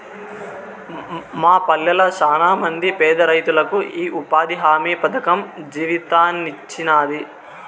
మా పల్లెళ్ళ శానమంది పేదరైతులకు ఈ ఉపాధి హామీ పథకం జీవితాన్నిచ్చినాది